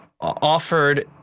offered